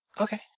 Okay